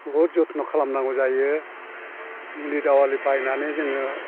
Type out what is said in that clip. बुहुत जथ्न' खालामनांगौ जायो मुलि दावालि बायनानै जोङो